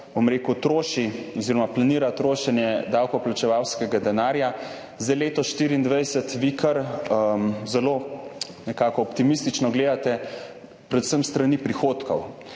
kako troši oziroma planira trošenje davkoplačevalskega denarja. Za leto 2024 vi kar nekako zelo optimistično gledate, predvsem s strani prihodkov.